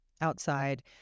outside